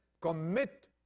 commit